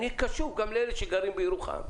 אני קשוב גם לאלה שגרים בירוחם.